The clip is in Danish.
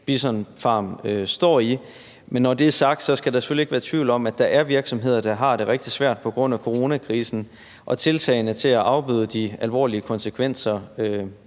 Bison Farm står i. Men når det er sagt, skal der selvfølgelig ikke være tvivl om, at der er virksomheder, der har det rigtig svært på grund af coronakrisen og tiltagene for at afbøde de alvorlige konsekvenser